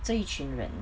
这群人